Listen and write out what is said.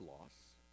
loss